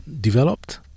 developed